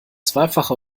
zweifache